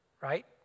right